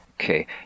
Okay